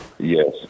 Yes